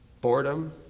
boredom